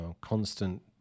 constant